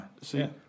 see